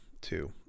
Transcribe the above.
two